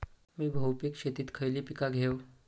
मी बहुपिक शेतीत खयली पीका घेव?